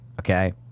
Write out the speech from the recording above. okay